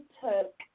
took